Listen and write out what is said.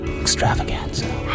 extravaganza